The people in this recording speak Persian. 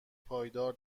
پایدار